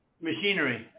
machinery